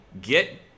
get